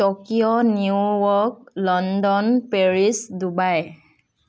Tokyo New York London Paris Dubai